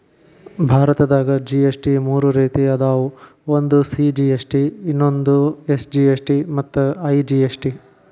ಭಾರತದಾಗ ಜಿ.ಎಸ್.ಟಿ ಮೂರ ರೇತಿ ಅದಾವ ಒಂದು ಸಿ.ಜಿ.ಎಸ್.ಟಿ ಇನ್ನೊಂದು ಎಸ್.ಜಿ.ಎಸ್.ಟಿ ಮತ್ತ ಐ.ಜಿ.ಎಸ್.ಟಿ